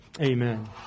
Amen